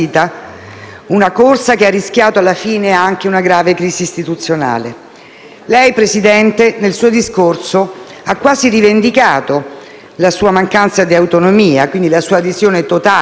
una corsa che ha rischiato, alla fine, anche una grave crisi istituzionale. Lei, signor Presidente, nel suo discorso ha quasi rivendicato la sua mancanza di autonomia, quindi la sua adesione totale